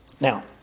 Now